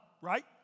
right